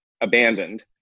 abandoned